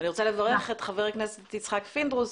אני רוצה לברך את חבר הכנסת יצחק פינדרוס.